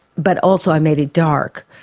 but also i made it dark.